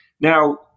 Now